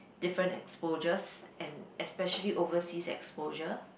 different exposures and especially overseas exposure